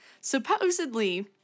Supposedly